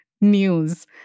news